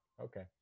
okay